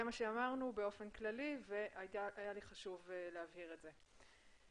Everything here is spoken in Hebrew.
זה מה שאמרנו באופן כללי והיה לי חשוב להבהיר את זה.